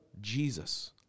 Jesus